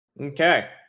Okay